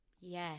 yes